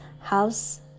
house